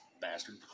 Bastard